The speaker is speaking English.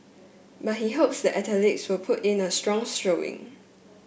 but he hopes the athletes will put in a strong's showing